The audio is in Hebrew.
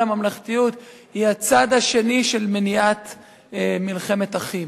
הממלכתיות הן הצד השני של מניעת מלחמת אחים.